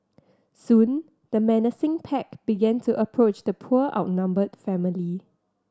soon the menacing pack began to approach the poor outnumbered family